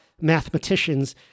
mathematicians